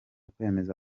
kwemeza